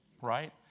right